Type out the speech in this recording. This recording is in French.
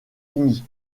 unis